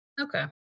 Okay